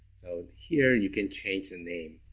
so here you can change the name.